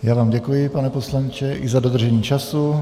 Já vám děkuji, pane poslanče, i za dodržení času.